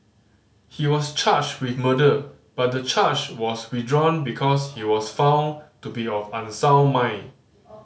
he was charged with murder but the charge was withdrawn because he was found to be of unsound mind